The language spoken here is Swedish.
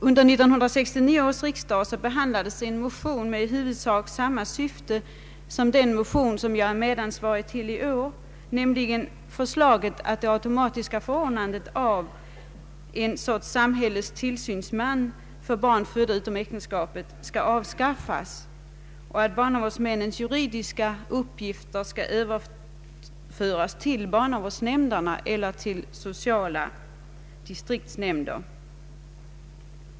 Under 1969 års riksdag behandlades en motion med i huvudsak samma syfte som den motion som jag är medansvarig för i år. Den innehöll nämligen förslag om att det automatiska förordnandet av en samhällets tillsynsman för barn födda utom äktenskapet avskaffas och att barnavårdsmännens juridiska uppgifter skulle överföras till barnavårdsnämnderna eller till sociala distriktsnämnder.